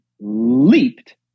leaped